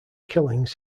killings